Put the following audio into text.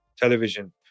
television